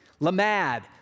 Lamad